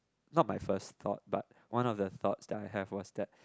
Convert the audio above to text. not my first thought but one of the thoughts I have was that